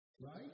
Right